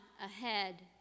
ahead